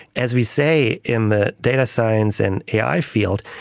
as we say in the data science and ai field,